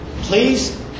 Please